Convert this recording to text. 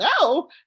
no